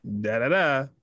da-da-da